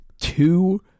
two